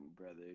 brother